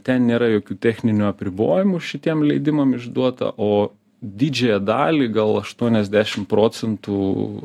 ten nėra jokių techninių apribojimų šitiem leidimam išduota o didžiąją dalį gal aštuoniasdešim procentų